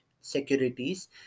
securities